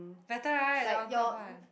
better right the on top part